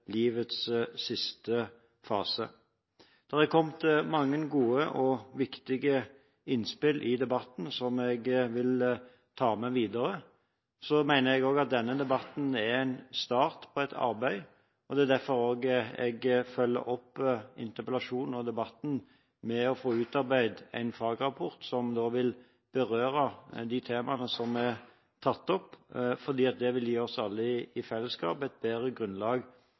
livets siste fase. Det er kommet mange gode og viktige innspill i debatten som jeg vil ta med videre. Så mener jeg òg at denne debatten er en start på et arbeid, og det er derfor jeg òg følger opp interpellasjonen og debatten med å få utarbeidet en fagrapport, som vil berøre de temaene som er tatt opp. Det vil gi oss alle i fellesskap et bedre grunnlag